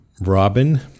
Robin